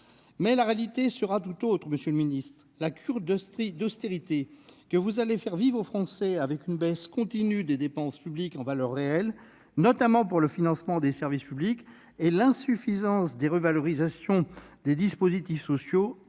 Mais la réalité sera tout autre, monsieur le ministre ! La cure d'austérité que vous allez imposer aux Français du fait de la baisse continue des dépenses publiques en valeur réelle, notamment pour le financement des services publics, et de l'insuffisance des revalorisations des dispositifs sociaux,